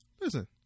listen